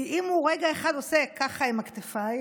כי אם הוא רגע אחד עושה ככה עם הכתפיים,